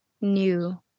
new